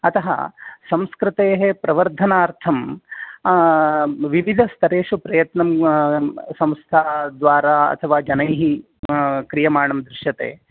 अतः संस्कृतेः प्रवर्धनार्थं विविधस्तरेषु प्रयत्नं संस्था द्वारा अथवा जनैः क्रियमाणं दृश्यते